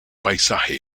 paisaje